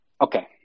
okay